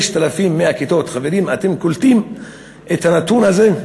6,100 כיתות, חברים, אתם קולטים את הנתון הזה?